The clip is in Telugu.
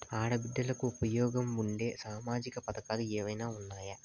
ఆడ బిడ్డలకు ఉపయోగం ఉండే సామాజిక పథకాలు ఏమైనా ఉన్నాయా?